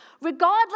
Regardless